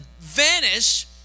vanish